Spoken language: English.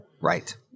Right